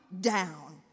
down